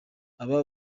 aba